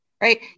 right